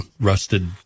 rusted